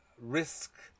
risk